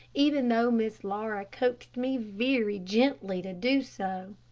even though miss laura coaxed me very gently to do so.